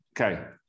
Okay